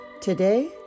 Today